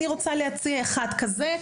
אני רוצה להציע פתרון כזה,